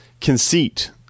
conceit